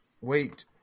Wait